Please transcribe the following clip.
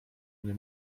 nie